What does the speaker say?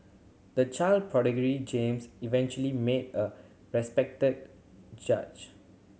a child prodigy James eventually make a respected judge